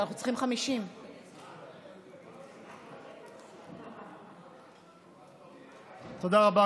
אבל אנחנו צריכים 50. תודה רבה,